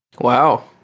Wow